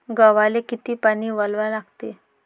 गव्हाले किती पानी वलवा लागते?